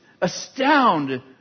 astound